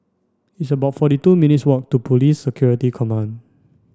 it's about forty two minutes' walk to Police Security Command